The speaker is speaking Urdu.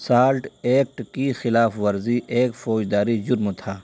سالٹ ایکٹ کی خلاف ورزی ایک فوجداری جرم تھا